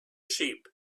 sheep